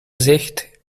sicht